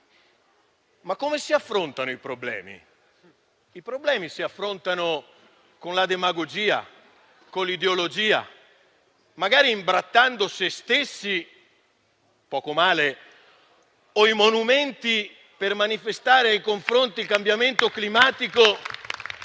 ma come si affrontano i problemi? Si affrontano con la demagogia, con l'ideologia, magari imbrattando sé stessi - poco male - o i monumenti per manifestare per il cambiamento climatico